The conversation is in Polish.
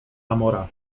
amora